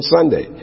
Sunday